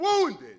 wounded